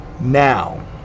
Now